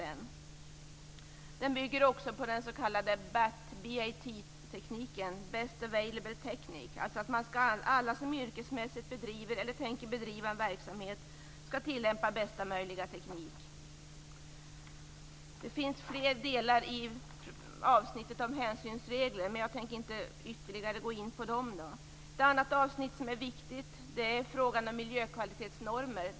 Den andra bygger också på den s.k. BAT tekniken, best available technique. Alla som yrkesmässigt bedriver eller tänker bedriva en verksamhet skall tillämpa bästa möjliga teknik. Det finns fler delar i avsnittet om hänsynsregler, men jag tänker inte ytterligare gå in på dem. Ett annat avsnitt som är viktigt är frågan om miljökvalitetsnormer.